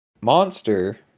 monster